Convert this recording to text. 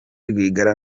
rwigara